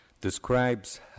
describes